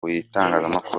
bitangazamakuru